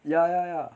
ya ya ya